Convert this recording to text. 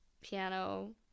piano